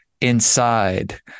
inside